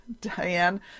Diane